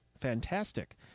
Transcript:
fantastic